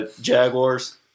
Jaguars